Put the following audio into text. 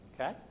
okay